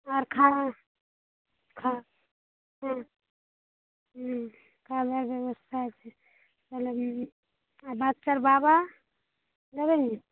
আর খাওয়া খা হ্যাঁ হ্যাঁ খাওয়া দাওয়ার ব্যবস্থা আছে তাহলে আমি আর বাচ্চার বাবা যাবে না